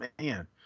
man